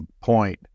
point